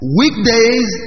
weekdays